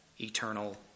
eternal